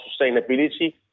sustainability